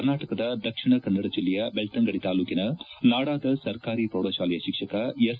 ಕರ್ನಾಟಕದ ದಕ್ಷಿಣ ಕನ್ನಡ ಜಿಲ್ಲೆಯ ಬೆಳ್ತಂಗಡಿ ತಾಲೂಕಿನ ನಾಡಾದ ಸರ್ಕಾರಿ ಪ್ರೌಢಶಾಲೆಯ ಶಿಕ್ಷಕ ಎಸ್